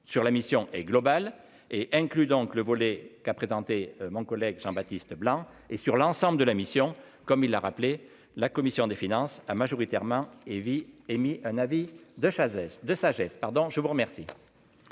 sur la mission et global est inclus dans le volet qu'a présenté mon collègue Jean-Baptiste Leblanc et sur l'ensemble de la mission, comme il l'a rappelé, la commission des finances a majoritairement et vie émis un avis de Chazey de sagesse,